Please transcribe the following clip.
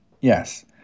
Yes